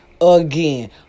again